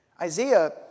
Isaiah